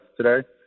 today